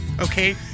Okay